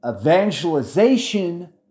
evangelization